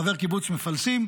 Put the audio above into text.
חבר קיבוץ מפלסים,